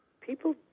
People